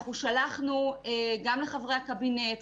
אנחנו שלחנו גם לחברי הקבינט,